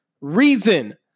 reason